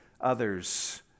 others